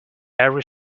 every